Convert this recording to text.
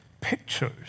pictures